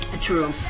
True